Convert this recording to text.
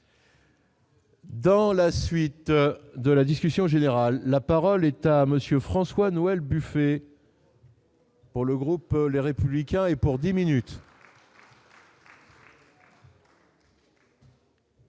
Dans la suite de la discussion générale, la parole est à monsieur François-Noël Buffet. Pour le groupe, les républicains et pour 10 minutes.